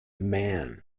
man